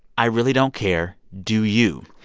i really don't care. do you?